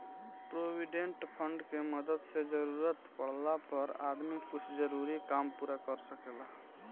provident fund के मदद से जरूरत पाड़ला पर आदमी कुछ जरूरी काम पूरा कर सकेला